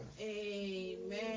Amen